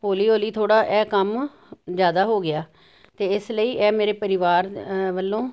ਹੌਲੀ ਹੌਲੀ ਥੋੜ੍ਹਾ ਇਹ ਕੰਮ ਜ਼ਿਆਦਾ ਹੋ ਗਿਆ ਅਤੇ ਇਸ ਲਈ ਇਹ ਮੇਰੇ ਪਰਿਵਾਰ ਵੱਲੋਂ